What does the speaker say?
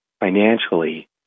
financially